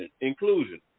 inclusion